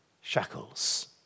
shackles